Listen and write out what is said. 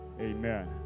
Amen